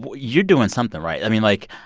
but you're doing something right. i mean, like,